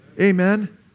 Amen